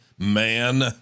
Man